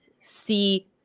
see